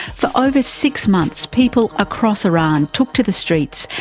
for over six months people across iran took to the streets,